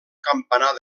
campanar